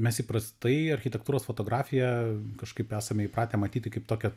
mes įprastai architektūros fotografiją kažkaip esame įpratę matyti kaip tokią